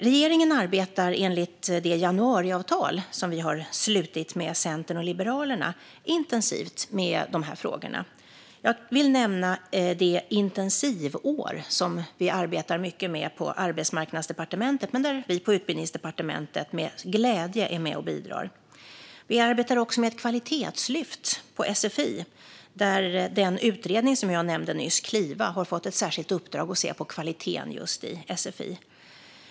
Regeringen arbetar enligt det januariavtal som vi har slutit med Centern och Liberalerna intensivt med dessa frågor. Jag vill nämna det intensivår som man arbetar mycket med på Arbetsmarknadsdepartementet men där vi på Utbildningsdepartementet med glädje är med och bidrar. Vi arbetar också med ett kvalitetslyft på sfi, där den utredning som jag nämnde nyss, Kliva, har fått ett särskilt uppdrag att se på kvaliteten just i sfi.